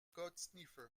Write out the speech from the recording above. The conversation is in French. codesniffer